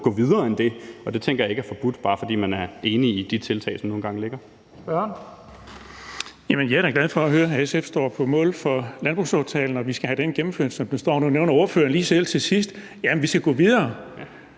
gå videre end det, og det tænker jeg ikke er forbudt, bare fordi man er enig i de tiltag, der nu engang ligger.